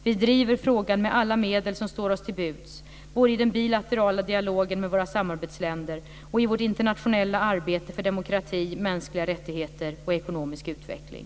Vi driver frågan med alla medel som står oss till buds, både i den bilaterala dialogen med våra samarbetsländer och i vårt internationella arbete för demokrati, mänskliga rättigheter och ekonomisk utveckling.